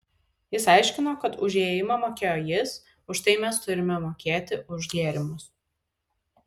jis aiškino kad už įėjimą mokėjo jis už tai mes turime mokėti už gėrimus